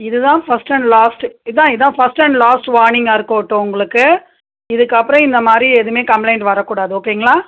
இதுதான் first and last இதுதான் இதுதான் ஃபஸ்ட் அண்ட் லாஸ்ட்டு வார்னிங்கா இருக்கட்டும் உங்களுக்கு இதுக்கப்புறம் இந்தமாதிரி எதுவுமே கம்ப்ளைண்ட் வரக்கூடாது ஓகேங்களா